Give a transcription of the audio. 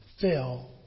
fell